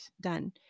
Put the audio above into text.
done